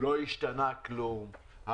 לא השתנה כלום,